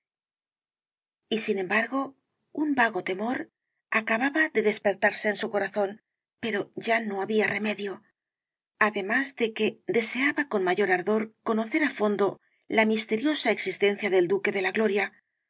y sin embargo un vago temor acababa de despertarse en su corazón pero ya no había remedio además de que deseaba con mayor ardor conocer á fondo la misteriosa existencia del duque de la gloria